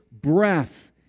breath